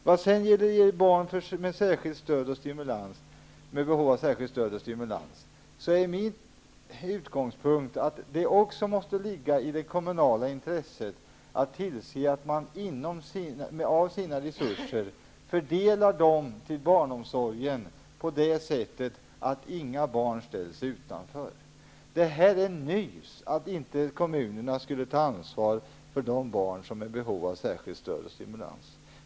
Vad beträffar barn med särskilt behov av stöd och stimulans är min utgångspunkt att det också måste ligga i det kommunala intresset att tillse att man fördelar sina resurser så att inget barn ställs utanför. Det är nys att inte kommunerna skulle ta ansvar för de barn som är i särskilt behov av stöd och stimulans.